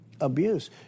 abuse